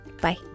Bye